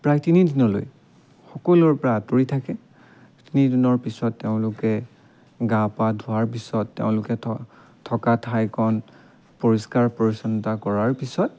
প্ৰায় তিনিদিনলৈ সকলোৰে পৰা আঁতৰি থাকে তিনিদিনৰ পিছত তেওঁলোকে গা পা ধোৱাৰ পিছত তেওঁলোকে থ থকা ঠাইকণ পৰিষ্কাৰ পৰিচ্ছন্নতা কৰাৰ পিছত